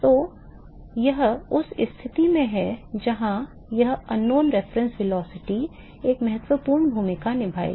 तो यह उस स्थिति में है जहां यह अज्ञात संदर्भ वेग एक महत्वपूर्ण भूमिका निभाएगा